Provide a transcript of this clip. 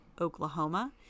Oklahoma